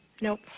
Nope